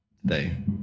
today